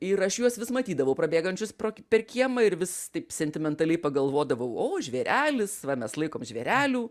ir aš juos vis matydavau prabėgančius pro per kiemą ir vis taip sentimentaliai pagalvodavau o žvėrelis va mes laikom žvėrelių